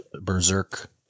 Berserk